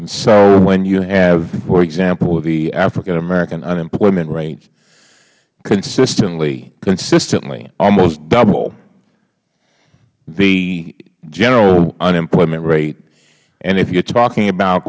and so when you have for example the african american unemployment rate consistently consistently almost double the general unemployment rate and if you are talking about